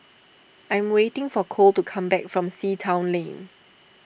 I am waiting for Kole to come back from Sea Town Lane